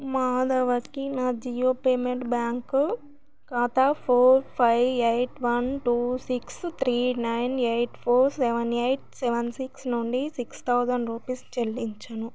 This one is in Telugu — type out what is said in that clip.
మాధవకి నా జియో పేమెంట్ బ్యాంక్ ఖాతా four five eight one two six three nine eight four seven eight seven six నుండి సిక్స్ థౌసండ్ రూపీస్ చెల్లించను